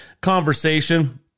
conversation